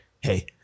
hey